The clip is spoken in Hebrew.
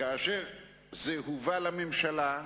כאשר זה הובא לממשלה,